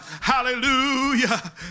Hallelujah